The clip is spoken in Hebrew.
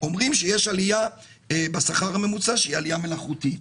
אומרים שיש עלייה בשכר הממוצע שהיא עלייה מלאכותית,